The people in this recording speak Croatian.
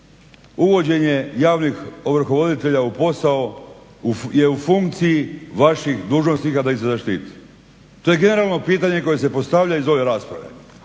uvođenje javnih ovrhovoditelja u posao je u funkciji vaših dužnosnika da ih se zaštiti. To je generalno pitanje koje se postavlja iz ove rasprave,